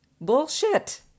Bullshit